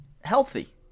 healthy